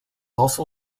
also